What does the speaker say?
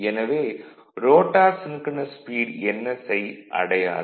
எனவே rotor synchronous speed ns ஐ அடையாது